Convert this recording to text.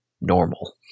normal